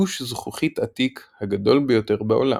גוש זכוכית עתיק הגדול ביותר בעולם.